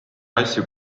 asju